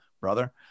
brother